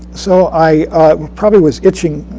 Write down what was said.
so i probably was itching,